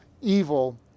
evil